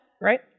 Right